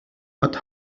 not